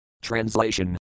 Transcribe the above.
Translation